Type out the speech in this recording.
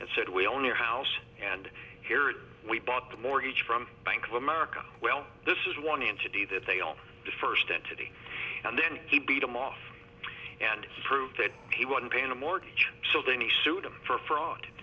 said we own your house and here we bought the mortgage from bank of america well this is one entity that they own the first entity and then he beat them off and prove that he wouldn't gain a mortgage so then he sued them for fraud